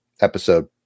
episode